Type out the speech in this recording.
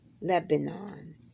Lebanon